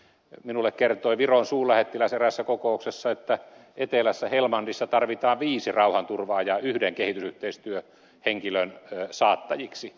minulle kertoi viron suurlähettiläs eräässä kokouksessa että etelässä helmandissa tarvitaan viisi rauhanturvaajaa yhden kehitysyhteistyöhenkilön saattajiksi